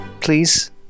please